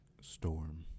storm